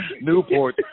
Newport